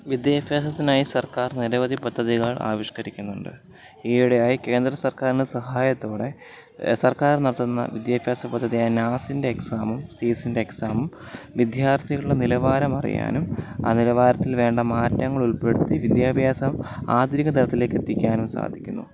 വിദ്യാഭ്യാസത്തിനായി സര്ക്കാര് നിരവധി പദ്ധതികള് ആവിഷ്കരിക്കുന്നുണ്ട് ഈയിടെയായി കേന്ദ്ര സര്ക്കാരിന്റെ സഹായത്തോടെ സര്ക്കാര് നടത്തുന്ന വിദ്യാഭ്യാസ പദ്ധതിയായ നാസിന്റെ എക്സാമും സീസിന്റെ എക്സാമും വിദ്യര്ത്ഥികളുടെ നിലവാരമറിയാനും ആ നിലവാരത്തില് വേണ്ട മാറ്റങ്ങളുള്പ്പെടുത്തി വിദ്യാഭ്യാസം ആധുനിക തലത്തിലേക്കെത്തിക്കാനും സാധിക്കുന്നു